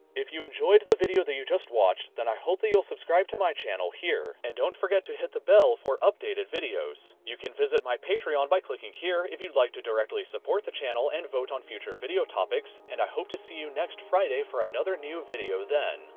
if you enjoyed the video that you just watched, then i hope that you'll subscribe to my channel here and don't forget to hit the bell for updated videos. you can visit my patreon by clicking here if you'd like to directly support the channel and vote on future video topics and i hope to see you next friday for another new video then.